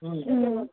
ওম